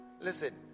Listen